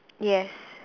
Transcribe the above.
yes